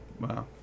Wow